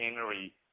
Henry